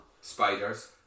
Spiders